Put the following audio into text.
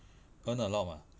earn a lot mah